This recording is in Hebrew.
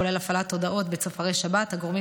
כולל הפעלת הודעות בצופרי שבת הגורמים